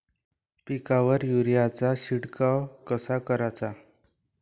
पिकावर युरीया चा शिडकाव कसा कराचा?